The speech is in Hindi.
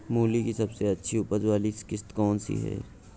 मूली की सबसे अच्छी उपज वाली किश्त कौन सी है?